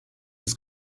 des